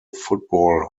football